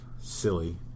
silly